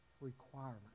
requirement